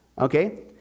okay